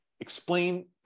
Explain